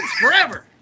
forever